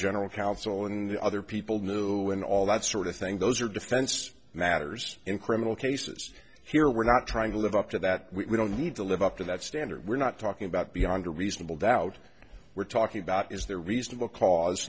the other people knew and all that sort of thing those are defense matters in criminal cases here we're not trying to live up to that we don't need to live up to that standard we're not talking about beyond a reasonable doubt we're talking about is there reasonable cause